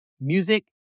Music